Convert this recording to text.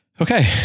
Okay